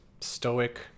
stoic